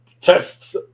tests